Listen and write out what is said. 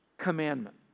commandment